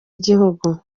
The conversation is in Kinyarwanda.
igihugu